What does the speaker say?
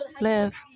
live